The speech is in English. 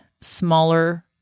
smaller